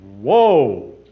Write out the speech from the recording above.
Whoa